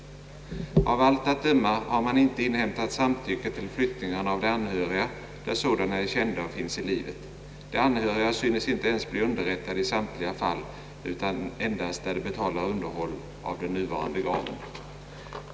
Av allt att döma har man inte inhämtat samtycke till flyttningarna av de anhöriga, där sådana är kända och finns i livet. De anhöriga synes inte ens bli underrättade i samtliga fall utan endast där de betalar underhåll av den nuvarande graven.